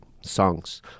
songs